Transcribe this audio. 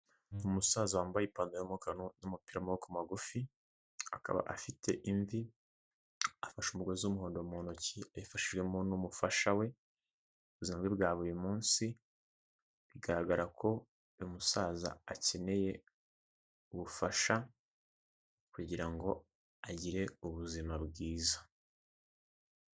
Umusaza wambaye ipantaro y'umukara n'umupira w'amaboko magufi, akaba afite imvi, afashe umugozi w'umuhondo mu ntoki abifashijwemo n'umufasha we mu buzima bwe bwa buri munsi, bigaragara ko uyu musaza akeneye ubufasha kugira ngo agire ubuzima bwiza.